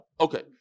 Okay